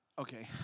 Okay